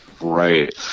Right